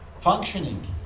functioning